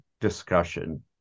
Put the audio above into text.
discussion